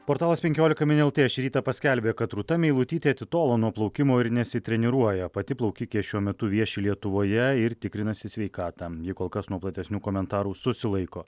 portalas penkiolika min lt šį rytą paskelbė kad rūta meilutytė atitolo nuo plaukimo ir nesitreniruoja pati plaukikė šiuo metu vieši lietuvoje ir tikrinasi sveikatą ji kol kas nuo platesnių komentarų susilaiko